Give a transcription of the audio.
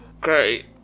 Great